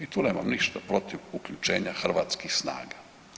I tu nemam ništa protiv uključenja hrvatskih snaga.